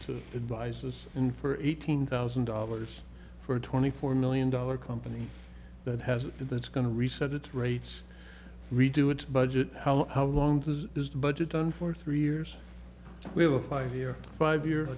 to advise us and for eighteen thousand dollars for a twenty four million dollar company that has it and that's going to reset its rates redo its budget how how long does this budget done for three years we have a five year five year